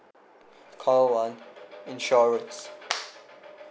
call one insurance